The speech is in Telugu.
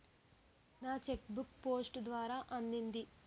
నా చెక్ బుక్ పోస్ట్ ద్వారా అందింది